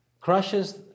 crushes